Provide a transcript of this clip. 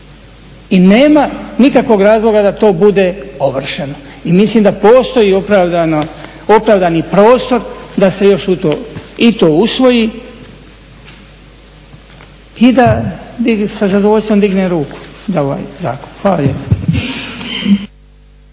I nema nikakvog razloga da to bude ovršeno i mislim da postoji opravdani prostor da se još i to usvoji i da se sa zadovoljstvom digne ruku za ovaj zakon. Hvala